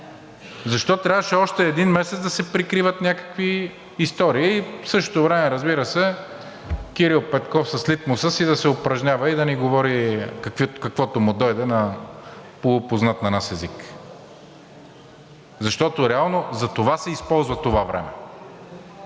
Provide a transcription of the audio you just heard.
Защо трябваше още един месец да се прикриват някакви истории? И в същото време, разбира се, Кирил Петков с литмуса си да се упражнява и да ни говори каквото му дойде на полупознат на нас език. Защото реално за това се използва това време.